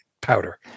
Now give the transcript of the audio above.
powder